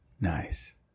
nice